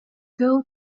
girl